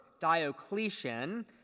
Diocletian